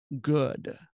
good